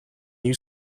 you